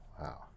wow